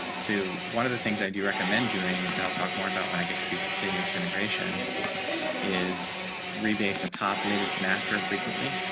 to one of the things i do recommend doing that. i'll talk more about when i get to continuous integration is rebates a top latest master frequently